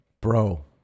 Bro